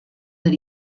that